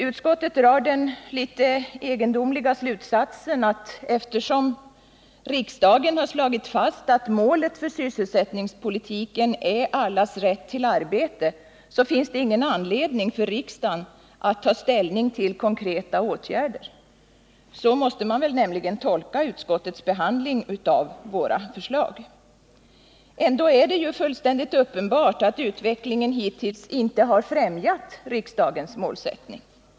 Utskottet drar den litet egendomliga slutsatsen att eftersom riksdagen har slagit fast att målet för sysselsättningspolitiken är allas rätt till arbete finns det ingen anledning för riksdagen att ta ställning till konkreta åtgärder. Så måste man nämligen tolka utskottets behandling av våra förslag. Ändå är det ju fullständigt uppenbart att utvecklingen hittills inte främjat riksdagens målsättning.